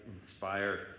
inspire